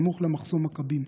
סמוך למחסום מכבים.